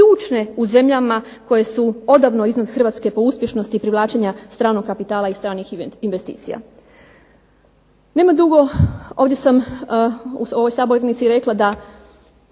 u zemljama koje su odavno iznad Hrvatske po uspješnosti privlačenja stranog kapitala i stranih investicija. Nema dugo ovdje sam u ovoj sabornici rekla da